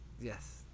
Yes